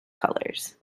colors